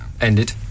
ended